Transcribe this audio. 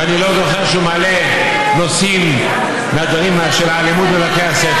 ואני לא זוכר שהוא מעלה נושאים מהדברים של אלימות בבתי הספר.